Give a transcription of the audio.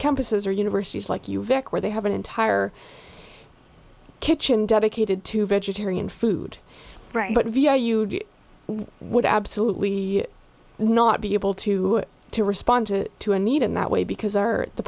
campuses or universities like you vic where they have an entire kitchen dedicated to vegetarian food right but vi you would absolutely not be able to to respond to a need in that way because our the